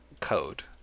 code